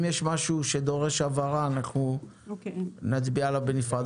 אם יש משהו שדורש הבהרה אנחנו נצביע עליו בנפרד.